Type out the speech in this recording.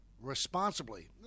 responsibly